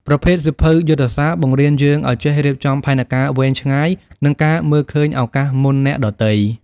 ប្រភេទសៀវភៅយុទ្ធសាស្ត្រ បង្រៀនយើងឱ្យចេះរៀបចំផែនការវែងឆ្ងាយ និងការមើលឃើញឱកាសមុនអ្នកដទៃ។